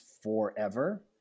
forever